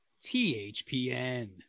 THPN